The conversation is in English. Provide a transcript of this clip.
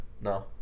No